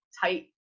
tight